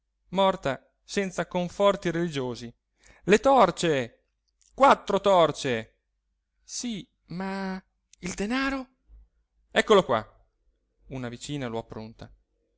morta senza conforti religiosi le torce quattro torce sì ma il danaro eccolo qua una vicina lo appronta